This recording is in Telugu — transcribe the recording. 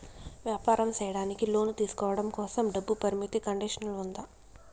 వ్యాపారం సేయడానికి లోను తీసుకోవడం కోసం, డబ్బు పరిమితి కండిషన్లు ఉందా?